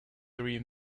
three